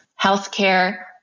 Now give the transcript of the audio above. healthcare